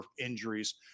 injuries